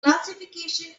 classification